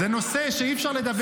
זה נושא שאי-אפשר לדבר פוליטית.